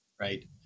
Right